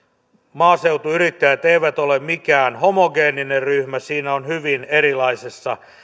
maaseutuyrittäjät eivät ole mikään homogeeninen ryhmä siinä on hyvin erilaisissa